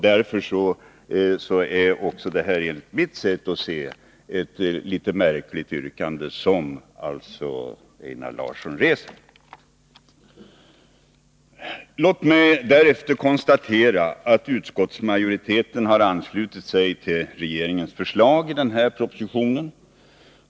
Därför är det enligt mitt sätt att se ett något märkligt resonemang som Einar Larsson här för. Låt mig därefter konstatera att utskottsmajoriteten har anslutit sig till regeringens förslag i denna proposition.